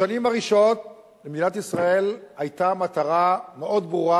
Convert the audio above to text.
בשנים הראשונות למדינת ישראל היתה מטרה מאוד ברורה,